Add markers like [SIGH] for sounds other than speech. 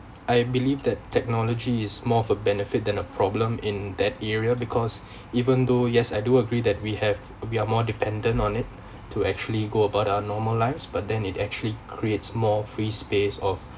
I believe that technology is more of a benefit than a problem in that area because [BREATH] even though yes I do agree that we have we are more dependent on it [BREATH] to actually go about our normal lives but then it actually creates more free space of